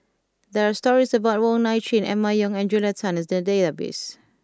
there are stories about Wong Nai Chin Emma Yong and Julia Tan in the database